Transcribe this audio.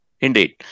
Indeed